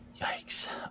Yikes